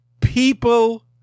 people